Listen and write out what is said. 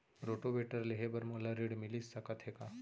Rotavator लेहे बर मोला ऋण मिलिस सकत हे का?